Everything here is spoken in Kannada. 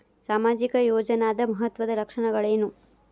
ಸಾಮಾಜಿಕ ಯೋಜನಾದ ಮಹತ್ವದ್ದ ಲಕ್ಷಣಗಳೇನು?